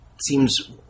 seems